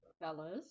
Fellas